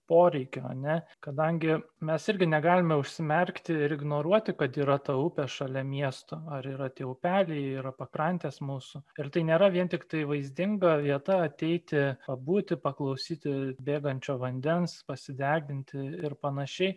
poreikių ar ne kadangi mes irgi negalime užsimerkti ir ignoruoti kad yra ta upė šalia miesto ar yra tie upeliai yra pakrantės mūsų ir tai nėra vien tiktai vaizdinga vieta ateiti pabūti paklausyti bėgančio vandens pasideginti ir panašiai